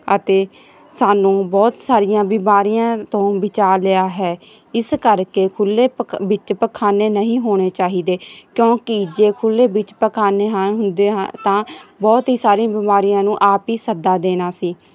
ਅਤੇ ਸਾਨੂੰ ਬਹੁਤ ਸਾਰੀਆਂ ਬਿਮਾਰੀਆਂ ਤੋਂ ਬਚਾ ਲਿਆ ਹੈ ਇਸ ਕਰਕੇ ਖੁੱਲੇ ਪਕ ਵਿੱਚ ਪਖਾਨੇ ਨਹੀਂ ਹੋਣੇ ਚਾਹੀਦੇ ਕਿਉਂਕਿ ਜੇ ਖੁੱਲ੍ਹੇ ਵਿੱਚ ਪਖਾਨੇ ਹਨ ਹੁੰਦੇ ਹਨ ਤਾਂ ਬਹੁਤ ਹੀ ਸਾਰੀ ਬਿਮਾਰੀਆਂ ਨੂੰ ਆਪ ਹੀ ਸੱਦਾ ਦੇਣਾ ਸੀ